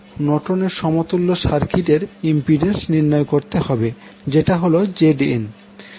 আমাদের নর্টনের সমতুল্য সার্কিট এর ইম্পিড্যান্স নির্ণয় করতে হবে যেটা হল ZN